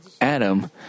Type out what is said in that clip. Adam